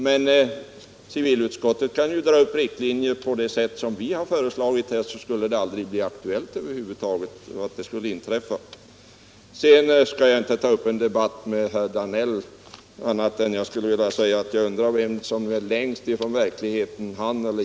Men utskottet kan dra upp riktlinjer på det sätt som vi föreslagit här, och då skulle det aldrig bli aktuellt att någon sådan situation inträffade. Jag skall inte ta upp en debatt med herr Danell på annat sätt än genom att säga, att jag undrar vem som är längst ifrån verkligheten — han eller